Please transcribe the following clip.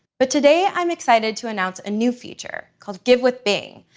but today, i'm excited to announce a new feature called give with bing,